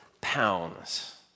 pounds